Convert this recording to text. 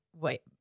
wait